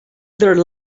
their